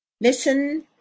LISTEN